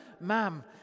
ma'am